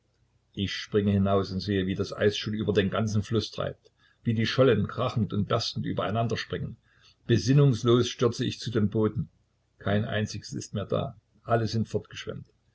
ich springe hinaus und sehe wie das eis schon über den ganzen fluß treibt wie die schollen krachend und berstend übereinander springen besinnungslos stürze ich zu den booten kein einziges ist mehr da alle sind